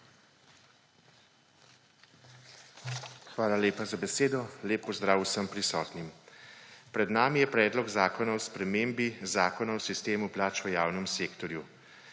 Hvala lepa za besedo. Lep pozdrav vsem prisotnim! Pred nami je Predlog zakona o spremembi Zakona o sistemu plač v javnem sektorju.